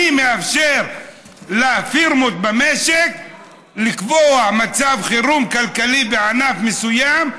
אני מאפשר לפירמות במשק לקבוע מצב חירום כלכלי בענף מסוים,